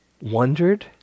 wondered